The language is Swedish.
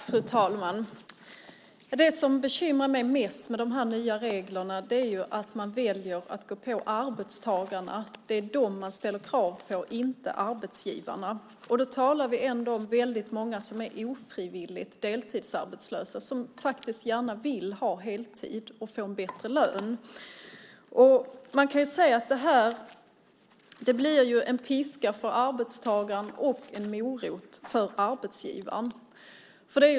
Fru talman! Det som bekymrar mig mest med dessa nya regler är att man väljer att gå på arbetstagarna. Det är arbetstagarna som man ställer krav på, inte arbetsgivarna. Då talar vi ändå om väldigt många som är ofrivilligt deltidsarbetslösa och som faktiskt gärna vill ha heltid för att få en bättre lön. Man kan se att detta blir en piska för arbetstagaren och en morot för arbetsgivaren.